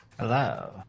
Hello